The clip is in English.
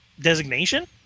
designation